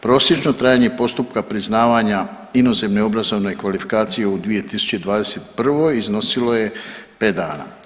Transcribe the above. Prosječno trajanje postupka priznavanja inozemne obrazovne kvalifikacije u 2021. iznosilo je 5 dana.